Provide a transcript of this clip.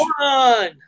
One